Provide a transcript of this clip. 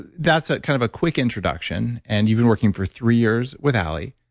that's kind of a quick introduction and you've been working for three years with ally,